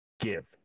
give